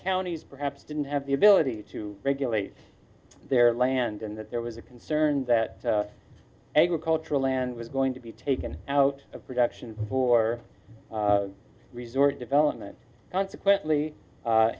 counties perhaps didn't have the ability to regulate their land and that there was a concern that agricultural land was going to be taken out of production for resort development consequently